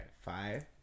five